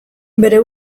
bere